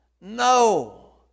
No